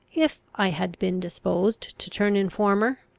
if i had been disposed to turn informer,